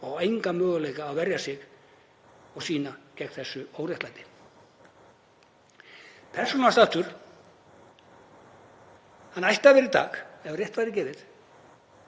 og á enga möguleika á að verja sig og sína gegn þessu óréttlæti. Persónuafsláttur ætti að vera í dag, ef rétt væri gefið,